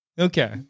Okay